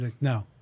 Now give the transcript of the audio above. No